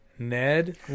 Ned